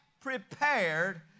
prepared